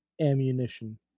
ammunition